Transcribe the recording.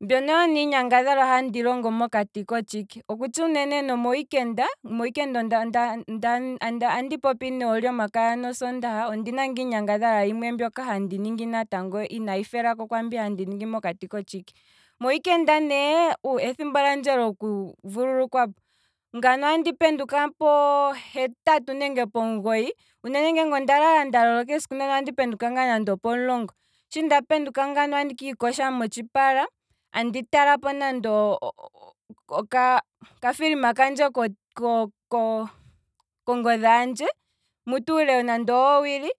Mbyono oyo nee iinyangadhalwa uunene handi longo mokati kotshiwike, okutsha uunene nomoweekenda, moweekenda onda onda onda andi popi ne olyomakaya nosoondaha, ondina ngaa inyangadhalwa yimwe mbyoka handi ningi natango inayi felako kiinyangadhalwa mbyoka handi ningi mokati kotshiike, moweekenda nee. ethimbo lyandje lyoku vululukwapo, ngano andi penduka pohetatu nenge pomugoyi, uunene nge onda lala nda loloka esiku ndoka andi penduka ngaa nande opomulongo, sha ndapenduka ngano andi kiikosha nande omotshipala, andi talako ngaa nande oka- oka film kandje ko- ko- koo- koongodhi handje mutu uule nande owo wili,